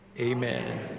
Amen